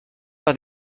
par